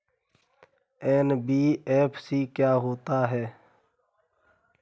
NBFC क्या है?